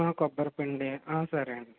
కొబ్బరి పిండి సరే అండి